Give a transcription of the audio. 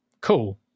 cool